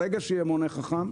ברגע שיהיה מונה חכם,